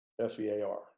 F-E-A-R